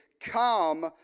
Come